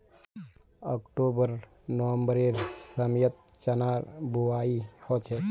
October नवंबरेर समयत चनार बुवाई हछेक